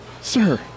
Sir